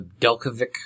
Delcovic